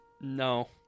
No